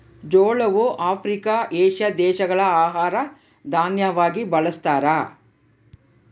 ಜೋಳವು Africa, Asia ದೇಶಗಳ ಆಹಾರ ದಾನ್ಯವಾಗಿ ಬಳಸ್ತಾರ